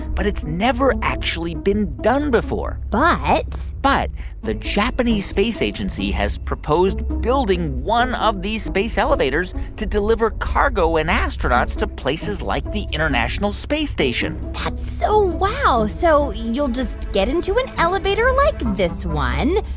but it's never actually been done before but. but the japanese space agency has proposed building one of these space elevators to deliver cargo and astronauts to places like the international space station that's so wow. so you'll just get into an elevator like this one,